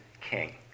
king